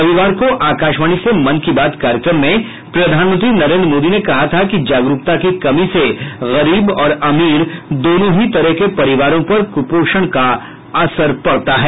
रविवार को आकाशवाणी से मन की बात कार्यक्रम में प्रधानमंत्री नरेंद्र मोदी ने कहा था कि जागरूकता की कमी से गरीब और अमीर दोनों ही तरह के परिवारों पर कुपोषण का असर पड़ता है